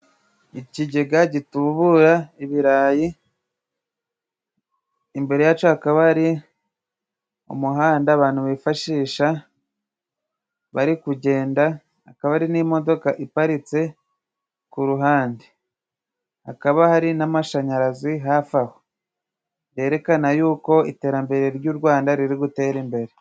Ikigega gitubura ibirayi ,imbere yaco hakaba ari umuhanda abantu bifashisha bari kugenda akaba ari n'imodoka iparitse ku ruhande ,hakaba hari n'amashanyarazi hafi aho ,yerekana y'uko iterambere ry'u rwanda riri gutere imbere.